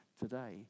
today